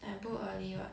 I book early what